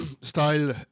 style